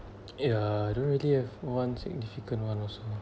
yeah I don't really have one significant one also